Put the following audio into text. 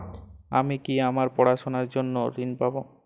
আমি কি আমার পড়াশোনার জন্য ঋণ পাব?